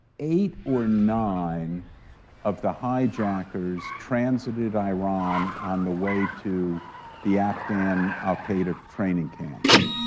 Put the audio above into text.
eight or nine of the hijackers transited iran on the way to the afghan al-qaeda training camps.